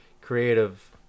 creative